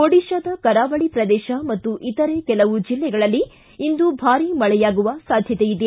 ಒಡಿತಾದ ಕರಾವಳಿ ಪ್ರದೇಶ ಮತ್ತು ಇತರೆ ಕೆಲವು ಜಿಲ್ಲೆಗಳಲ್ಲಿ ಇಂದು ಭಾರಿ ಮಳೆಯಾಗುವ ಸಾಧ್ಯತೆಯಿದೆ